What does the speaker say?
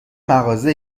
مغازه